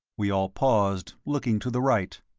we all paused, looking to the right.